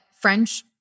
French